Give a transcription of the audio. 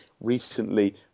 recently